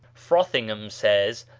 frothingham says,